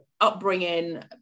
upbringing